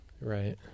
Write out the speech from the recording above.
Right